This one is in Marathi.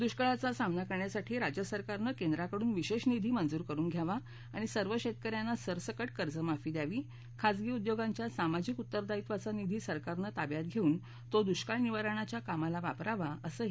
दृष्काळाचा सामना करण्यासाठी राज्य सरकारनं केंद्राकडून विशेष निधी मंजूर करून घ्यावा आणि सर्व शेतकऱ्यांना सरसकट कर्जमाफी द्यावी खाजगी उद्योगांच्या सामाजिक उत्तरदायित्वाचा निधी सरकारनं ताब्यात घेऊन तो दृष्काळ निवारणाच्या कामाला वापरावा असंही मुंडे यांनी सुचवलं